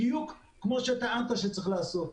בדיוק כמו שטענת שצריך לעשות.